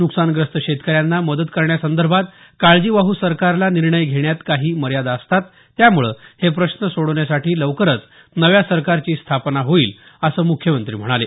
न्कसानग्रस्त शेतकऱ्यांना मदत करण्यासंदर्भात काळजीवाहू सरकारला निर्णय घेण्यात काही मर्यादा असतात त्यामुळे हे प्रश्न सोडवण्यासाठी लवकरच नव्या सरकारची स्थापना होईल असं मुख्यमंत्री म्हणाले